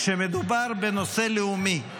כשמדובר בנושא לאומי,